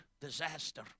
Disaster